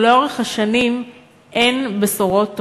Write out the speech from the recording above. ולאורך השנים אין בשורות טובות.